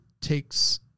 takes